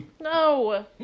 No